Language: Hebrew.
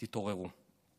תתעוררו.